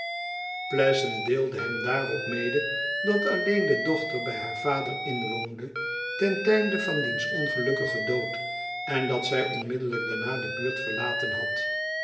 pleasant deelde hem daarop mede dat alleen de dochter bij haar vader inwoonde ten tijde van diens ongelukkigen dood en dat zij onmiddellijk daarna de buurt verlaten had